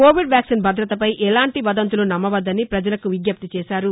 Covid vaccine భదతపై ఎలాంటి వదంతులు నమ్మవద్దని ప్రజలకు విజ్ఞప్తి చేశారు